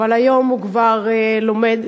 אבל היום הוא כבר לומד.